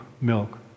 milk